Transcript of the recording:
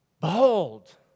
behold